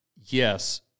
Yes